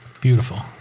Beautiful